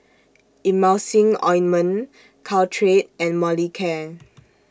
Emulsying Ointment Caltrate and Molicare